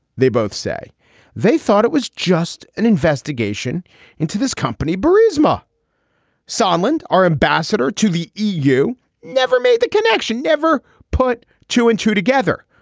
they both say they thought it was just an investigation into this company by prisma sunland. our ambassador to the eu never made that connection, never put two and two together,